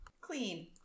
Clean